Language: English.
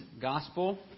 Gospel